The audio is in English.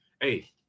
Hey